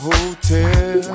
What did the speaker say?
Hotel